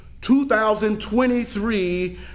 2023